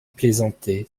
plaisantait